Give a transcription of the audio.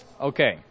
Okay